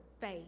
faith